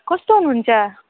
कस्तो हुनुहुन्छ